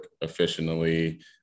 efficiently